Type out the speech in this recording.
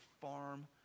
farm